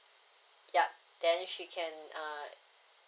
yup then she can uh